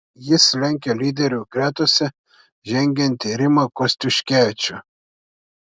jis lenkia lyderių gretose žengiantį rimą kostiuškevičių